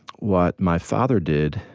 what my father did,